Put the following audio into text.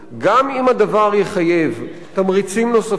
גם אם הדבר יחייב תמריצים נוספים,